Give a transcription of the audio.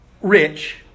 rich